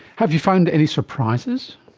have you found any surprises,